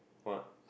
what